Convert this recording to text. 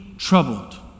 Troubled